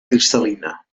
cristal·lina